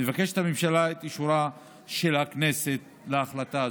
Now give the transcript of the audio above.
מבקשת הממשלה את אישורה של הכנסת להחלטה זו.